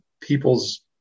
people's